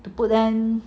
to put them